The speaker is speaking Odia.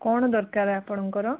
କ'ଣ ଦରକାର ଆପଣଙ୍କର